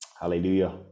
hallelujah